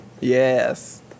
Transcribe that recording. yes